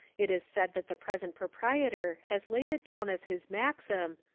it is said that the present proprietor has laid it down as his maxim,